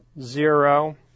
zero